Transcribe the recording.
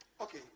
Okay